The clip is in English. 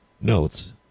notes